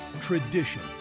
tradition